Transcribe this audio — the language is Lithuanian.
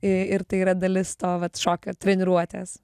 i ir tai yra dalis to vat šokio treniruotės